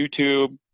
youtube